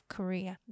Korea，